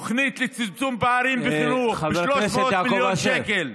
תוכנית לצמצום פערים בחינוך ב-300 מיליון שקל.